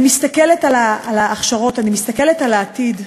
אני מסתכלת על ההכשרות, אני מסתכלת על העתיד,